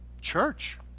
Church